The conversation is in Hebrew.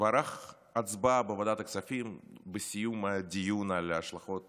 וערך הצבעה בוועדת הכספים בסיום הדיון על ההשלכות